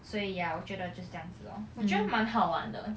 所以 ya 我觉得就是这样子 orh 我觉得蛮好玩的